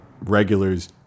regulars